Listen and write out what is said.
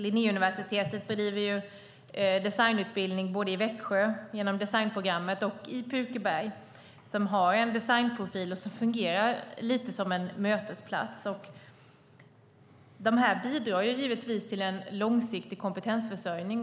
Linnéuniversitetet bedriver designutbildning både i Växjö, genom designprogrammet, och i Pukeberg, som har en designprofil och som fungerar lite som en mötesplats. Det bidrar givetvis till en långsiktig kompetensförsörjning.